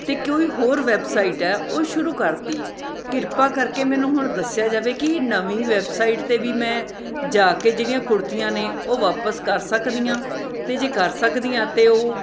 ਅਤੇ ਕੋਈ ਹੋਰ ਵੈਬਸਾਈਟ ਹੈ ਉਹ ਸ਼ੁਰੂ ਕਰਤੀ ਕਿਰਪਾ ਕਰਕੇ ਮੈਨੂੰ ਹੁਣ ਦੱਸਿਆ ਜਾਵੇ ਕਿ ਨਵੀਂ ਵੈਬਸਾਈਟ 'ਤੇ ਵੀ ਮੈਂ ਜਾ ਕੇ ਜਿਹੜੀਆਂ ਕੁੜਤੀਆਂ ਨੇ ਉਹ ਵਾਪਸ ਕਰ ਸਕਦੀ ਹਾਂ ਅਤੇ ਜੇ ਕਰ ਸਕਦੀ ਹਾਂ ਤਾਂ ਉਹ